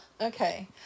Okay